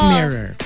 Mirror